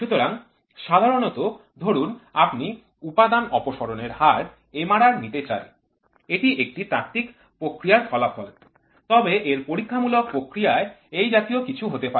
সুতরাং সাধারণত ধরুন আপনি উপাদান অপসারণের হার MRR নিতে চান এটি একটি তাত্ত্বিক প্রক্রিয়ার ফলাফল তবে এর পরীক্ষামূলক প্রক্রিয়ায় এই জাতীয় কিছু হতে পারে